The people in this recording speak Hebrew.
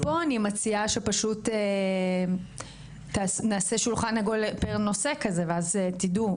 אז פה אני מציעה שנעשה שולחן עגול לפי נושא ואז תדעו,